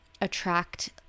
attract